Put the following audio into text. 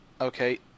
Okay